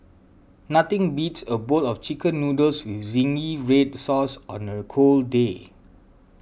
nothing beats a bowl of Chicken Noodles with Zingy Red Sauce on a cold day